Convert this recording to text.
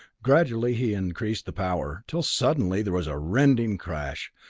gradually he increased the power, till suddenly there was a rending crash,